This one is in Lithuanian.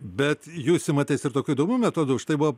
bet jūs imatės ir tokių įdomių metodų štai buvo